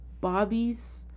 Bobby's